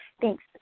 Thanks